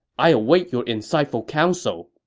i await your insightful counsel.